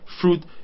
fruit